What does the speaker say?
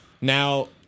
Now